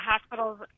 hospitals